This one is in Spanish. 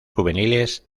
juveniles